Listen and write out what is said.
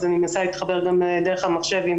ואני מנסה להתחבר גם דרך המחשב.